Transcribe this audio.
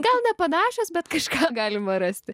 gal nepanašios bet kažką galima rasti